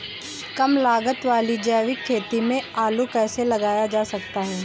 कम लागत वाली जैविक खेती में आलू कैसे लगाया जा सकता है?